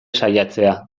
saiatzea